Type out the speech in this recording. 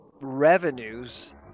revenues